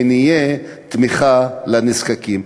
ונהיה תמיכה לנזקקים.